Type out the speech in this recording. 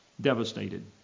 devastated